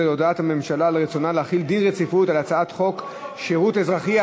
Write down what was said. זה להודעת הממשלה על רצונה להחיל דין רציפות על הצעת חוק שירות אזרחי,